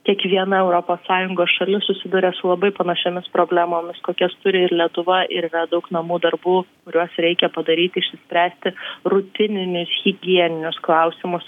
kiekviena europos sąjungos šalis susiduria su labai panašiomis problemomis kokias turi ir lietuva ir yra daug namų darbų kuriuos reikia padaryti išsispręsti rutininius higieninius klausimus